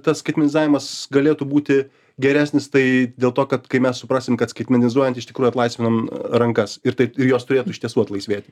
tas skaitmenizavimas galėtų būti geresnis tai dėl to kad kai mes suprasim kad skaitmenizuojant iš tikrųjų atlaisvinom rankas ir taip ir jos turėtų iš tiesų atlaisvėti